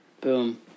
Boom